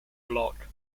block